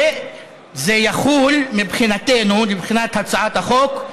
וזה יחול מבחינתנו, מבחינת הצעת החוק,